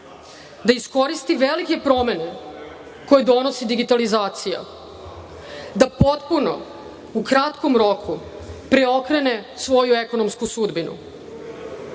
da iskoristi velike promene koje donosi digitalizacija, da potpuno u kratkom roku preokrene svoju ekonomsku sudbinu.